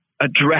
address